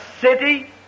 city